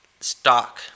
stock